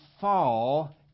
fall